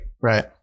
Right